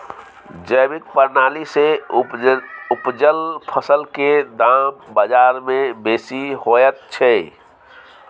जैविक प्रणाली से उपजल फसल के दाम बाजार में बेसी होयत छै?